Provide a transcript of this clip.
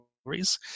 stories